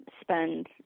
spend